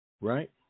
Right